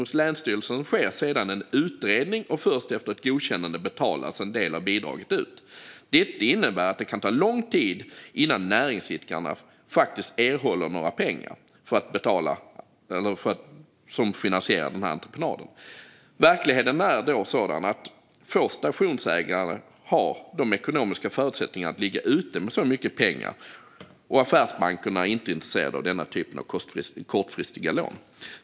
Hos länsstyrelsen sker sedan en utredning, och först efter ett godkännande betalas en del av bidraget ut. Detta innebär att det kan ta lång tid innan näringsidkarna faktiskt erhåller några pengar som finansierar entreprenaden. Verkligheten är sådan att få stationsägare har de ekonomiska förutsättningarna att ligga ute med så mycket pengar, och affärsbankerna är inte intresserade av denna typ av kortfristiga lån.